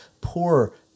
poor